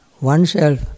oneself